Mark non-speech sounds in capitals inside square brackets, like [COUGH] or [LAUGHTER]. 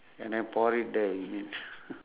and then pour it there is it [NOISE]